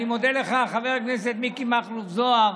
אני מודה לך, חבר הכנסת מיקי מכלוף זוהר,